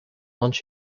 lunch